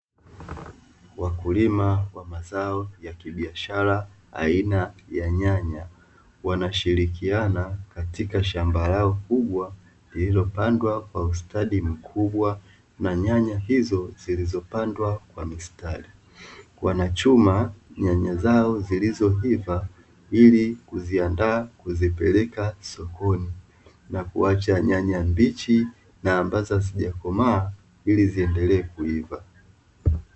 Wakulima wa mazao ya kibiashara aina ya nyanya, wanashirikiana katika shamba lao kubwa lililopandwa kwa ustadi mkubwa na nyanya hizo zilizopandwa kwa mistari. Wanachuma nyanya zao zilizoiva ili kuziandaa kuzipeleka sokoni na kuacha nyanya mbichi na ambazo hazijakomaa ili ziendelee kuiva.